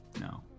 No